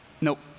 Nope